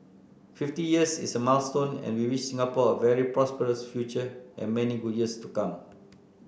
fifty years is a milestone and we wish Singapore a very prosperous future and many good years to come